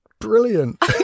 Brilliant